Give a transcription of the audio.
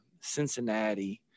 cincinnati